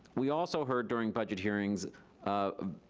we also heard during budget hearings a